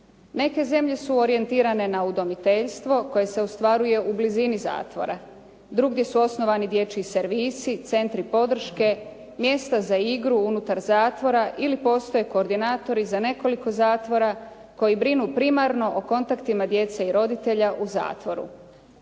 Neke zemlje su orijentirane na udomiteljstvo koje se ostvaruje u blizini zatvora. Drugdje su osnovani dječji servisi, centri podrške, mjesta za igru unutar zatvora ili postoje koordinatori za nekoliko zatvora koji brinu primarno o kontaktima djece i roditelja u zatvoru.